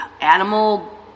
animal